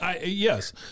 yes